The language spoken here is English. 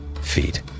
feet